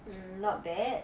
mm not bad